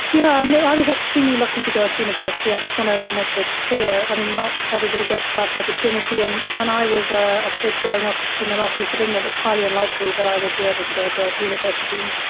yeah, i mean, yeah i was extremely lucky to go to university. i just want to make this clear. i mean, not everybody gets ah that opportunity. and when i was ah a kid growing up in the northeast of england, it and was highly unlikely that i would be able to go to university.